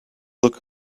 look